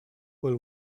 will